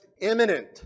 imminent